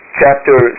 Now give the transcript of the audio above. chapter